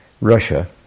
Russia